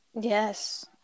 Yes